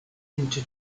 into